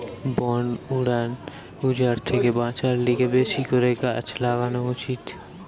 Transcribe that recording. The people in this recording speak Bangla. বন উজাড় থেকে বাঁচার লিগে বেশি করে গাছ লাগান উচিত